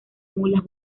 mulas